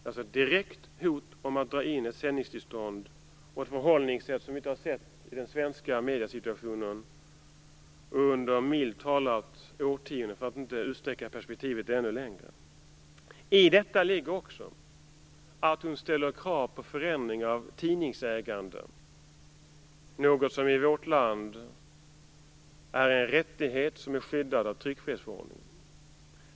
Det är ett direkt hot om att dra in ett sändningstillstånd och ett förhållningssätt som vi inte har sett i den svenska mediesituationen under milt talat årtionden, för att inte utsträcka perspektivet ännu längre. I detta ligger också att hon ställer krav på förändringar av tidningsägande, något som i vårt land är en rättighet som är skyddad av tryckfrihetsförordningen.